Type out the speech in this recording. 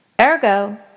Ergo